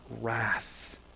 wrath